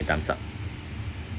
thumbs up